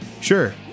Sure